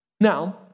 Now